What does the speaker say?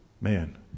Man